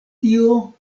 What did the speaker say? tio